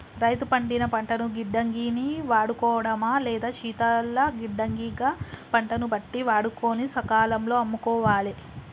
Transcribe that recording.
రైతు పండిన పంటను గిడ్డంగి ని వాడుకోడమా లేదా శీతల గిడ్డంగి గ పంటను బట్టి వాడుకొని సకాలం లో అమ్ముకోవాలె